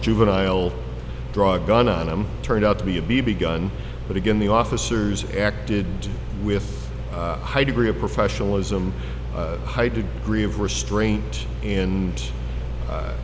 juvenile drug gun on him turned out to be a b b gun but again the officers acted with a high degree of professionalism a high degree of restraint and